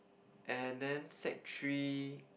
and then sec three